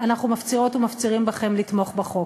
אנחנו מפצירות ומפצירים בכם לתמוך בחוק.